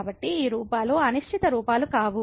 కాబట్టి ఈ రూపాలు అనిశ్చిత రూపాలు కావు